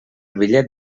bitllet